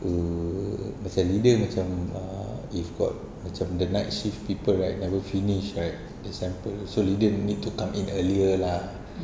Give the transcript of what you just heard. err macam leader macam uh if got macam the night shift people right never finish right the sample so leader need to come in earlier lah